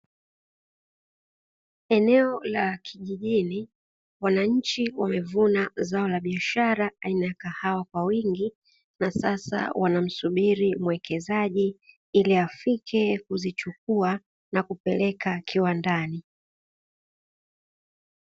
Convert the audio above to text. Eneo la kijijini, wananchi wamevuna zao la biashara aina ya kahawa kwa wingi, na sasa wanamsubiri mwekezaji ili afike kuzichukua na kupeleka kiwandani.